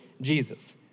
Jesus